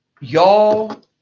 Y'all